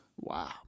Wow